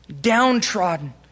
downtrodden